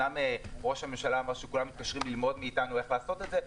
אמנם ראש הממשלה אמר שכולם מתקשרים אלינו ללמוד מאתנו איך לעשות את זה.